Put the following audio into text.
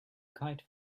kite